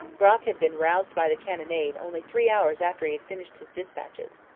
brock had been roused by the cannonade only three hours after he had finished his dispatches.